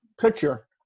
picture